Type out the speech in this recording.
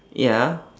ya